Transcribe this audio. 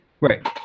Right